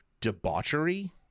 debauchery